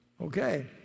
okay